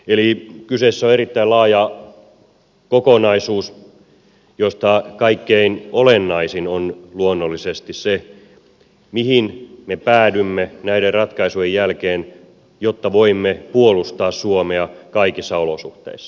eli kyseessä on erittäin laaja kokonaisuus josta kaikkein olennaisin on luonnollisesti se mihin me päädymme näiden ratkaisujen jälkeen jotta voimme puolustaa suomea kaikissa olosuhteissa